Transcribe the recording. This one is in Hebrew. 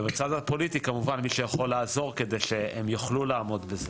ובצד הפוליטי כמובן מי שיכול לעזור כדי שהם יוכלו לעמוד בזה.